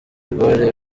gaulle